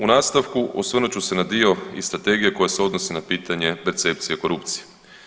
U nastavku osvrnut ću se na dio iz strategije koje se odnosi na pitanje percepcije korupcije.